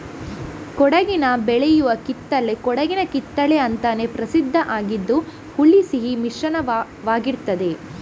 ಕೊಡಗಿನಲ್ಲಿ ಬೆಳೆಯುವ ಕಿತ್ತಳೆ ಕೊಡಗಿನ ಕಿತ್ತಳೆ ಅಂತಾನೇ ಪ್ರಸಿದ್ಧ ಆಗಿದ್ದು ಹುಳಿ ಸಿಹಿ ಮಿಶ್ರಿತವಾಗಿರ್ತದೆ